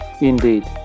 indeed